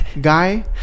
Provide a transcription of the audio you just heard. guy